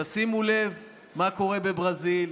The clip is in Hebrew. תשימו לב מה קורה בברזיל.